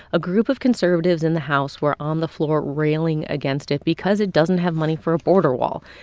a group of conservatives in the house were on the floor railing against it because it doesn't have money for a border wall.